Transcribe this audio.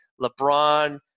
LeBron